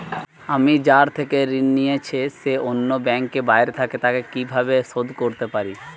আমি যার থেকে ঋণ নিয়েছে সে অন্য ব্যাংকে ও বাইরে থাকে, তাকে কীভাবে শোধ করতে পারি?